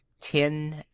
ten